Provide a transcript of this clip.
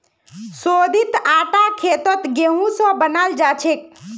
शोधित आटा खेतत गेहूं स बनाल जाछेक